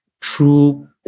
true